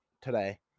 today